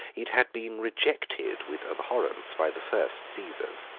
it had been rejected with abhorrence by the first caesars.